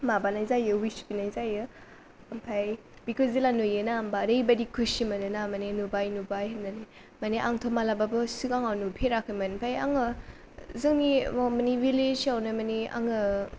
माबानाय जायो उइस बिनाय जायो ओमफाय बिखौ जेला नुयोना होम्बा ओरैबायदि खुसि मोनोना माने नुबाय नुबाय होननानै माने आंथ' मालाबाबो सिगाङाव नुफेराखैमोन ओमफाय आङो जोंनि माने भिलेजावनो माने आङो